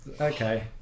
Okay